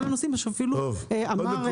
כל הנושאים שאפילו אמר --- טוב.